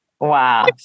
Wow